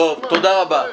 טוב, תודה רבה.